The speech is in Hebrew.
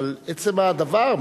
אבל עצם הדבר,